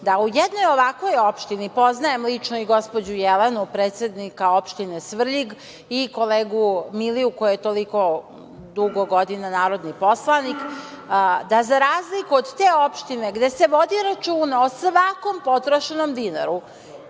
da u jednoj ovakvoj opštini, poznajem lično i gospođu Jelenu, predsednika opštine Svrljig i kolegu Miliju koji je toliko dugo godina narodni poslanik, da za razliku od te opštine gde se vodi računa o svakom potrošenom dinaru